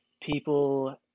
people